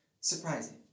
surprising